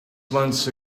months